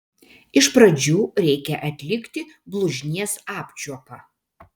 iš pradžių reikia atlikti blužnies apčiuopą